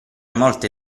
molte